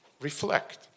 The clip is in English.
Reflect